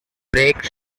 brakes